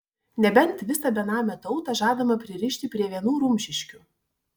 nebent visą benamę tautą žadama pririšti prie vienų rumšiškių